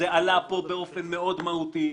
זה עלה פה באופן מאוד מהותי.